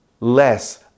less